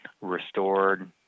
restored